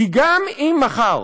כי גם אם מחר